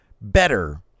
better